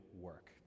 work